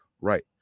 Right